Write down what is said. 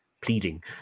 pleading